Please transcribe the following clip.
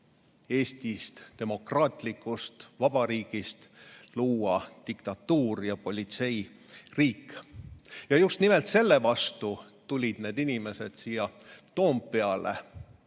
Eestist, demokraatlikust vabariigist, luua diktatuuri ja politseiriiki. Just nimelt selle vastu tulid need inimesed siia Toompeale.